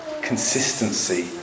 consistency